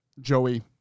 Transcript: Joey